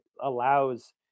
allows